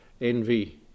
envy